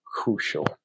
crucial